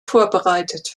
vorbereitet